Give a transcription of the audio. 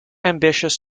ambitious